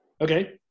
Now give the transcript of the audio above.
Okay